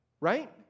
right